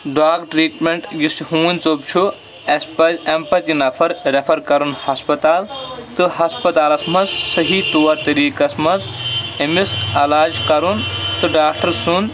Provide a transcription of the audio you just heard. dog treatment یُس یہِ ہوٗنۍ ژوٚپ چھُ اَسہِ پَزِ اَمہِ پَتہٕ یہِ نفر ریفَر کَرُن ہَسپَتال تہٕ ہَسپَتالَس منٛز صحیح طور طٔریٖقَس منٛز أمِس علاج کَرُن تہٕ ڈاکٹر سُنٛد